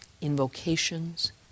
invocations